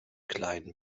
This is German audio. klein